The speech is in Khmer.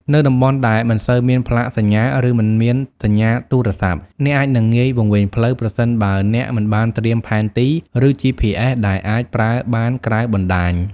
នៅតំបន់ដែលមិនសូវមានផ្លាកសញ្ញា ឬមិនមានសញ្ញាទូរស័ព្ទ អ្នកអាចងាយនឹងវង្វេងផ្លូវ ប្រសិនបើអ្នកមិនបានត្រៀមផែនទី ឬ GPS ដែលអាចប្រើបានក្រៅបណ្តាញ។